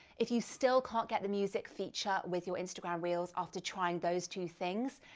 if you still can't get the music feature with your instagram reels after trying those two things,